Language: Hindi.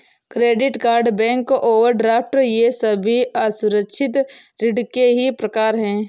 क्रेडिट कार्ड बैंक ओवरड्राफ्ट ये सभी असुरक्षित ऋण के ही प्रकार है